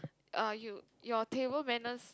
uh you your table manners